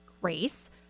Grace